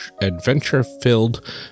adventure-filled